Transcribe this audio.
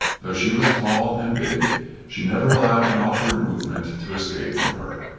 though she was tall and big she never allowed an awkward movement to escape from her.